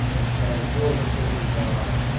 displaying hell before his eyes,